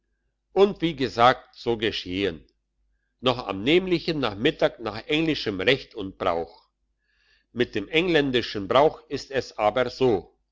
und wie gesagt so geschehn noch am nämlichen nachmittag nach engländischem recht und brauch mit dem engländischen brauch aber ist es so